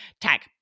Tag